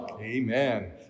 Amen